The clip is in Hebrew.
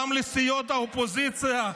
גם לסיעות האופוזיציה,